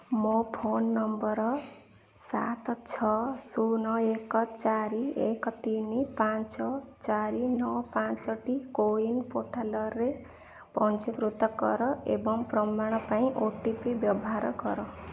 ମୋ phone number ସାତ ଛଅ ଶୂନ ଏକ ଚାରି ଏକ ତିନି ପାଞ୍ଚ ଚାରି ନଅ ପାଞ୍ଚ ଟି କୋୱିନ୍ ପୋର୍ଟାଲ୍ରେ ପଞ୍ଜୀକୃତ କର ଏବଂ ପ୍ରମାଣ ପାଇଁ ଓ ଟି ପି ବ୍ୟବହାର କର